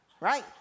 Right